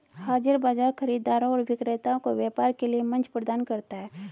हाज़िर बाजार खरीदारों और विक्रेताओं को व्यापार के लिए मंच प्रदान करता है